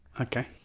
Okay